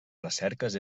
recerques